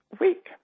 week